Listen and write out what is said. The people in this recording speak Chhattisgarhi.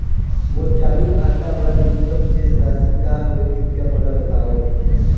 मोर चालू खाता बर न्यूनतम शेष राशि का हवे, कृपया मोला बतावव